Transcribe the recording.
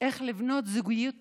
איך לבנות זוגיות טובה,